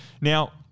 now